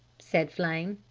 said flame.